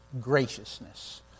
graciousness